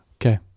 Okay